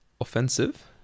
offensive